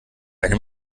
einem